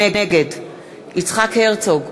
נגד יצחק הרצוג,